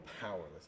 powerless